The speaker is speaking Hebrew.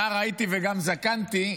נער הייתי וגם זקנתי,